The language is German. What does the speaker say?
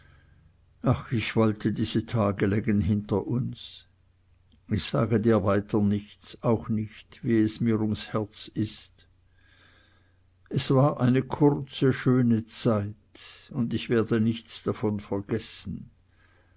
ach ich wollte diese tage lägen hinter uns ich sage dir weiter nichts auch nicht wie mir ums herz ist es war eine kurze schöne zeit und ich werde nichts davon vergessen